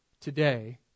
today